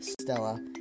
Stella